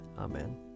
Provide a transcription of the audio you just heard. Amen